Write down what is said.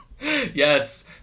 Yes